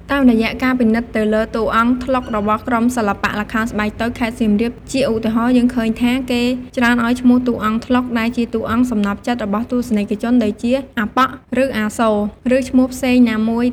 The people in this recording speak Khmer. តាមរយៈការពិនិត្យទៅលើតួអង្គត្លុករបស់ក្រុមសិល្បៈល្ខោនស្បែកតូចខេត្តសៀមរាប ជាឧទាហរណ៍ យើងឃើញថា គេច្រើនឱ្យឈ្មោះតួអង្គត្លុកដែលជាតួសំណព្វចិត្តរបស់ទស្សនិកជនដូចជា “អាប៉ក់” ឬ “អាសូរ” ឬឈ្មោះផ្សេងណាមួយ ។